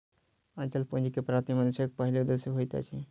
अचल पूंजी के प्राप्ति मनुष्यक पहिल उदेश्य होइत अछि